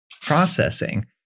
processing